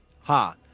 ha